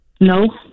No